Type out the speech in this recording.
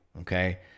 Okay